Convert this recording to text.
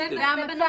זה המצב.